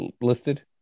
listed